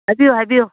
ꯍꯥꯏꯕꯤꯌꯣ ꯍꯥꯏꯕꯤꯌꯣ